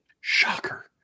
Shocker